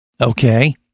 Okay